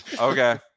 okay